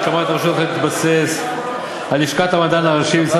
הקמת הרשות תתבסס על לשכת המדען הראשי במשרד